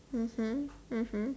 mmhmm mmhmm